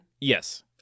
Yes